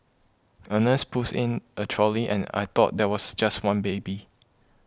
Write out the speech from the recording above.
a nurse pushed in a trolley and I thought there was just one baby